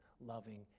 loving